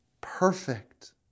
perfect